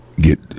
get